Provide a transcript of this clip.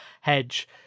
hedge